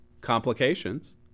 complications